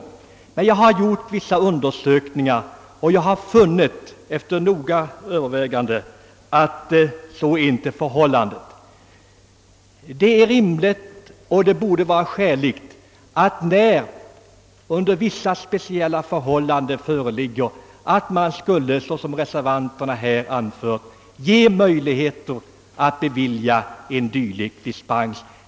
Efter undersökningar och överväganden har jag emellertid funnit att så inte är fallet, och när speciella förhållanden föreligger anser jag det därför rimligt att, som reservanterna föreslår, möjlighet finnes att ge särskild dispens.